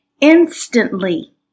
Instantly